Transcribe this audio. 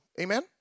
Amen